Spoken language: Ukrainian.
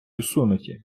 усунуті